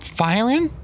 firing